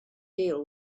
deal